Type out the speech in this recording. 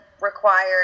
required –